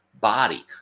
body